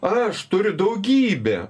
ar aš turiu daugybę